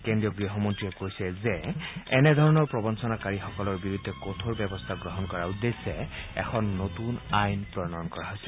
কেন্দ্ৰীয় গৃহমন্ত্ৰীয়ে কৈছে যে এনেধৰণৰ প্ৰবঞ্চনাকাৰীসকলৰ বিৰুদ্ধে কঠোৰ ব্যৱস্থা গ্ৰহণ কৰাৰ উদ্দেশ্যে এখন নতুন আইন বলৱৎ কৰিছে